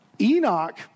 Enoch